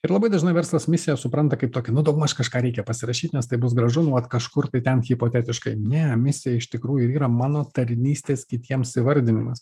ir labai dažnai verslas misiją supranta kaip tokį nu daugmaž kažką reikia pasirašyt nes tai bus gražu nu vat kažkur tai ten hipotetiškai ne misija iš tikrųjų yra mano tarnystės kitiems įvardinimas